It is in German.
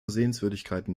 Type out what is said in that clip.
sehenswürdigkeiten